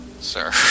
sir